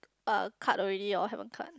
uh cut already or haven't cut